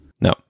No